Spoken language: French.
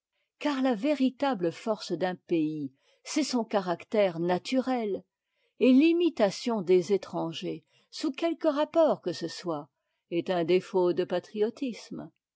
car la véritable force d'un pays c'est son caractère naturel et l'imitation des étrangers sous quelque rapport que ce soit est un défaut de patriotisme